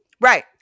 Right